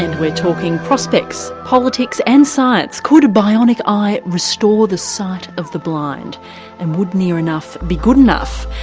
and we're talking prospects, politics and science could bionic eyes restore the sight of the blind and would near enough be good enough?